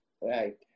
right